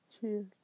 cheers